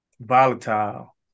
volatile